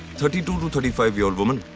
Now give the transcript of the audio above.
thirty two two thirty five year old woman.